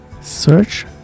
search